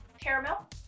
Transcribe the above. Caramel